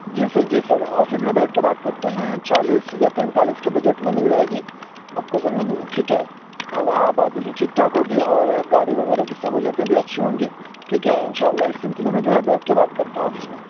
جی sir جی sir office میں بیٹھ کے بات کرتے ہیں چالس یا پینتالس کے بجٹ میں مل جایے گی آپ کو زمینیں ٹھیک ہے وہاں آبادی بھی ٹھیک ٹھاک ہوگی اور گاڑی وغیرہ کی سہولتیں بھی اچھی ہوں گی ٹھیک ہے ان شاء اللہ اس سلسلے میں جو ہے بیٹھ کے بات کرتے ہیں آفس میں